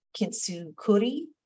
kintsukuri